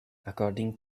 according